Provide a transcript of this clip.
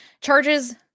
Charges